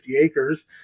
acres